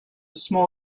small